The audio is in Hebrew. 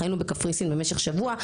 היינו בקפריסין במשך שבוע,